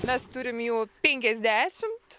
mes turim jų penkiasdešimt